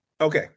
okay